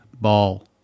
ball